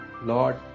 Lord